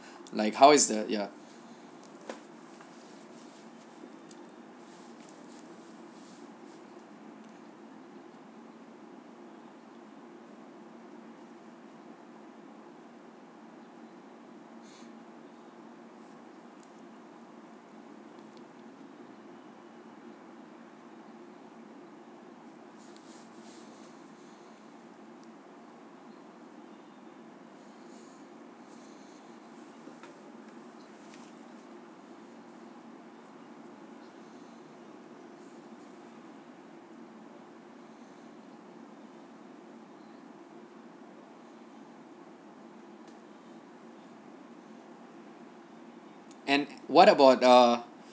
like how is the ya and what about uh